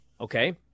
okay